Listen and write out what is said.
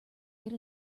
get